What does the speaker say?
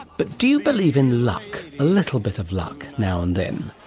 but do you believe in luck, a little bit of luck now and then?